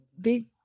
big